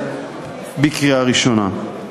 לקריאה ראשונה.